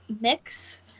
mix